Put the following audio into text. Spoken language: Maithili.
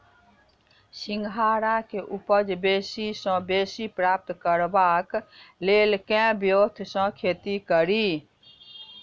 सिंघाड़ा केँ उपज बेसी सऽ बेसी प्राप्त करबाक लेल केँ ब्योंत सऽ खेती कड़ी?